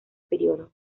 periodo